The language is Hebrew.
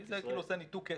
כי זה כאילו עושה ניתוק קשר.